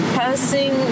passing